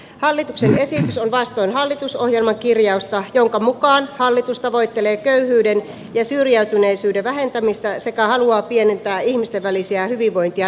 hallituksen esitys on vastoin hallitusohjelman kirjausta jonka mukaan hallitus tavoittelee köyhyyden ja syrjäytyneisyyden vähentämistä sekä haluaa pienentää ihmisten välisiä hyvinvointi ja terveyseroja